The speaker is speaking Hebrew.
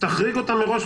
תחריג אותם מראש,